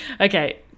Okay